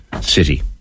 city